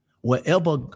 Wherever